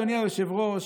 אדוני היושב-ראש,